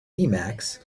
emacs